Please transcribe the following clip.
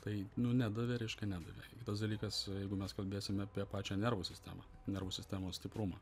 tai nu nedavė reiškia nedavė tas dalykas jeigu mes kalbėsim apie pačią nervų sistemą nervų sistemos stiprumą